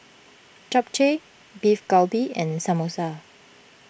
Japchae Beef Galbi and Samosa